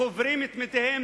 וקוברים את מתיהם